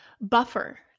buffer